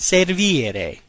Servire